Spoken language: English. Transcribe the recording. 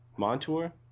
Montour